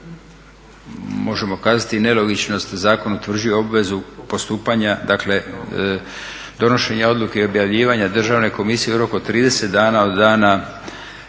može kazati nelogičnost, zakon utvrđuje obvezu postupanja dakle donošenja odluke i objavljivanja Državne komisije u roku od 30 dana od dana